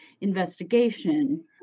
investigation